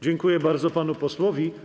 Dziękuję bardzo panu posłowi.